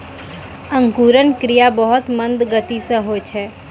अंकुरन क्रिया बहुत मंद गति सँ होय छै